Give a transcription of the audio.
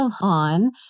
on